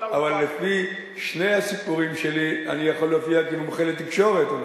אבל לפי שני הסיפורים שלי אני יכול להופיע כמומחה לתקשורת.